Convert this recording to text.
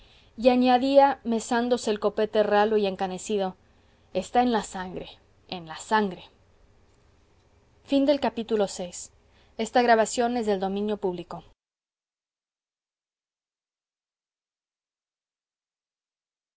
y añadía mesándose el copete ralo y encanecido está en la sangre en la sangre vii